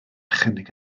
chynnig